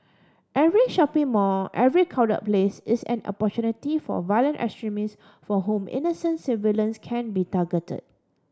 every shopping mall every crowd place is an opportunity for violent extremist for whom innocent civilians can be target